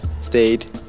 stayed